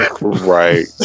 Right